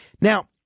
Now